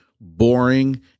boring